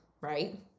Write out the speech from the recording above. right